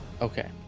Okay